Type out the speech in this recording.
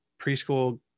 preschool